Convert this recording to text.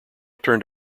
turned